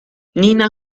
nina